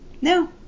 No